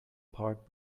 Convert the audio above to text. part